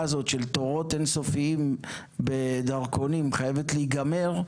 הזאת של תורים אין-סופיים בדרכונים חייבת להיגמר,